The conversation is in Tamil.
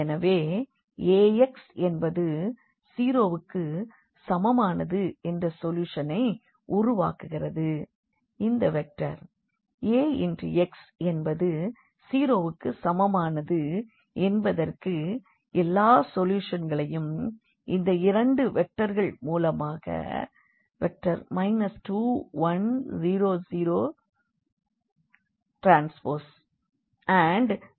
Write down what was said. எனவே Ax என்பது 0 வுக்கு சமமானது என்ற சொல்யூஷனை உருவாக்குகிறது இந்த வெக்டர் Ax என்பது 0 வுக்கு சமமானது என்பதற்கு எல்லா சொல்யூஷன்களையும் இந்த இரண்டு வெக்டர்களின் மூலமாக 21000T 9